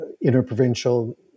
interprovincial